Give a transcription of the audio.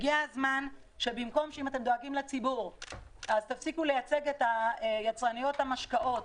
הגיע הזמן שבמקום לדאוג לציבור תפסיקו לייצג את היצרניות של המשקאות.